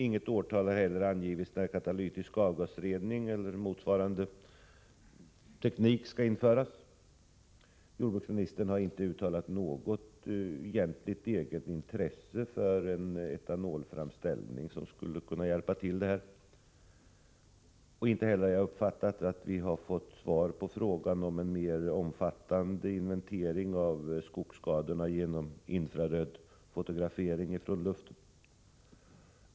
Inte heller har något årtal angivits för när katalytisk avgasrening eller motsvarande teknik skall införas. Jordbruksministern har inte uttalat något egentligt eget intresse för en etanolframställning, som skulle kunna hjälpa till på det här området. Inte heller har jag uppfattat att vi har fått något svar på frågan om en mer omfattande inventering av skogsskadorna genom infraröd fotografering från luften.